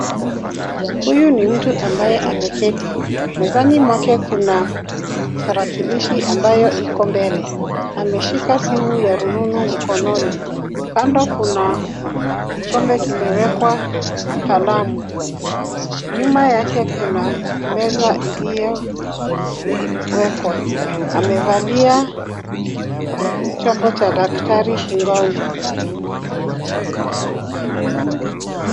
Huyu ni mtu ambaye ameketi. Mezani mwake kuna tarakilishi ambayo iko mbele. Aemshika simu ya rununu mkononi. Kando kuna kikombe kimewekwa kalamu. Nyuma yake kuna meza iliyowekwa. Amevalia chombo cha daktari shingoni.